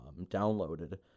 Downloaded